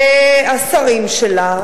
זה השרים שלה,